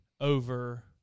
over